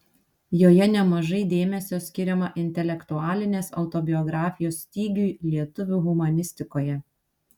joje nemažai dėmesio skiriama intelektualinės autobiografijos stygiui lietuvių humanistikoje